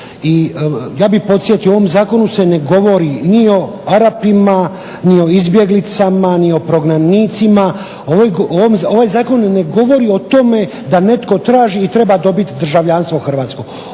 ja bih podsjetio u ovom Zakonu se ne govori ni o Arapima, ni o izbjeglicama, ni o prognanicima. Ovaj Zakon ne govori o tome da netko traži i treba dobit državljanstvo hrvatsko.